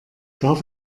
darf